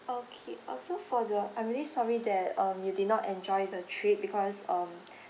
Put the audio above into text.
okay also for the I'm really sorry that um you did not enjoy the trip because um